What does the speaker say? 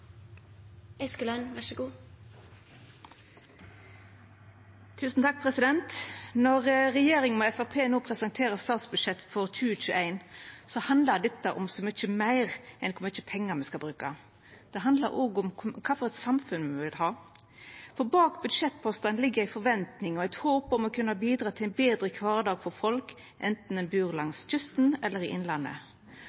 det om så mykje meir enn kor mykje pengar me skal bruka. Det handlar òg om kva slags samfunn me vil ha. Bak budsjettpostane ligg ei forventning og eit håp om å kunna bidra til ein betre kvardag for folk, enten ein bur